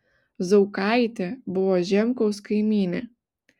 zaukaitė buvo žemkaus kaimynė